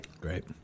Great